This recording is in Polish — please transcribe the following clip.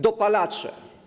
Dopalacze.